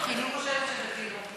אני חושבת שזה חינוך.